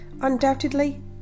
undoubtedly